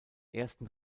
ersten